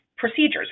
procedures